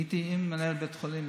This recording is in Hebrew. הייתי עם מנהל בית החולים,